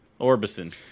Orbison